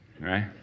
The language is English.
right